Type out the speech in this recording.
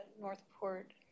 Northport